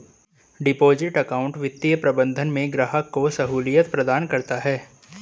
deposit account वित्तीय प्रबंधन में ग्राहक को सहूलियत प्रदान करता है